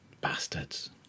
Bastards